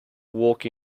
walk